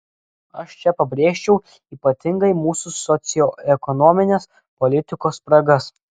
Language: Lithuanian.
aš čia pabrėžčiau ypatingai mūsų socioekonominės politikos spragas